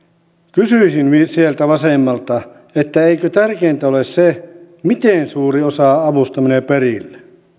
kysyisin sieltä vasemmalta eikö tärkeintä ole se miten suuri osa avusta menee perille